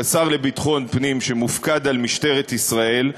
כשר לביטחון פנים שמופקד על משטרת ישראל,